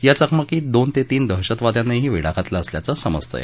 या चकमकीत दोन ते तीन दहशतवाद्यांनाही वेढा घातला असल्याचं समजतंय